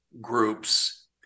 groups